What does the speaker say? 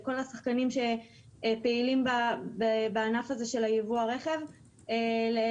ולכל השחקנים שפעילים בענף הזה של יבוא הרכב להתמודד